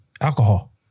Alcohol